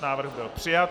Návrh byl přijat.